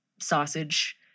sausage